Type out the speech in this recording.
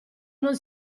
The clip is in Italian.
non